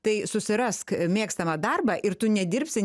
tai susirask mėgstamą darbą ir tu nedirbsi